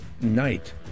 Night